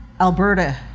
Alberta